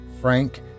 Frank